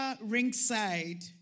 ringside